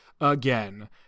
again